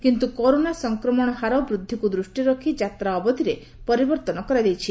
କିନ୍ତୁ କରୋନା ସଂକ୍ରମଣ ହାର ବୃଦ୍ଧିକୁ ଦୃଷ୍ଟିରେ ରଖି ଯାତ୍ରା ଅବଧିରେ ପରିବର୍ତ୍ତନ କରାଯାଇଛି